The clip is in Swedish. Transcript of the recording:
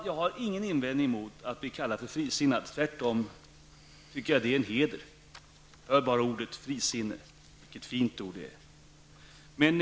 Jag har ingen invändning mot att bli kallad för frisinnad -- tvärtom tycker jag att det är en heder. Hör bara vilket fint ord det är: frisinne.